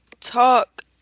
talk